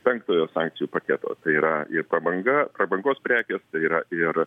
penktojo sankcijų paketo tai yra ir prabanga prabangos prekės yra ir